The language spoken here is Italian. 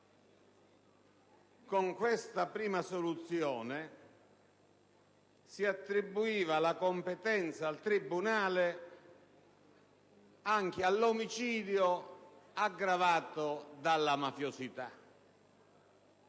Con questa prima soluzione si attribuiva alla competenza del tribunale anche l'omicidio aggravato dalla mafiosità,